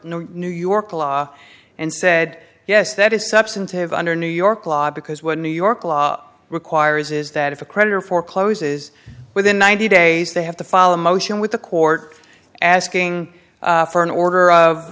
new york law and said yes that is substantive under new york law because what new york law requires is that if a creditor foreclose is within ninety days they have to follow a motion with the court asking for an order of